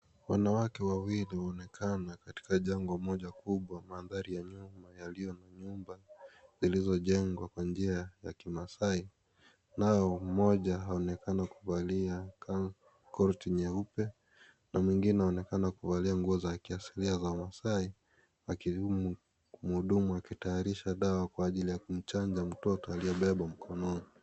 Wanawake wawili wamekaa na katika jangwa moja kubwa. Mandhari ya nyumba yaliyo nyumba zilizojengwa kwa njia ya kimaasai nayo moja yaonekana kuvalia koti nyeupe na mwengine aonekana nguo za kiasilia za Maasai akiwa mhudumu wa dawa akitayarisha kumchanja mtoto aliyebebwa mkononi.